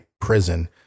prison